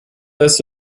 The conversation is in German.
lässt